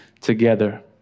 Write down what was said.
together